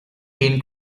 been